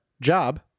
job